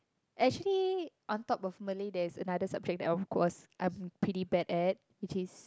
actually on top of Malay there is another subject that of course I am pretty bad at which is